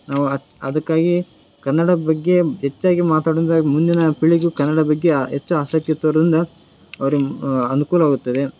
ನಾವು ಅದು ಅದಕ್ಕಾಗಿ ಕನ್ನಡ ಬಗ್ಗೆ ಹೆಚ್ಚಾಗಿ ಮಾತಾಡು ಅಂದರೆ ಮುಂದಿನ ಪೀಳಿಗೆಯು ಕನ್ನಡ ಬಗ್ಗೆ ಆ ಹೆಚ್ಚು ಆಸಕ್ತಿ ತೋರುದರಿಂದ ಅವ್ರಿಗೆ ಅನುಕೂಲವಾಗುತ್ತದೆ